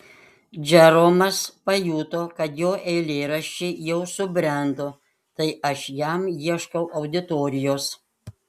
džeromas pajuto kad jo eilėraščiai jau subrendo tai aš jam ieškau auditorijos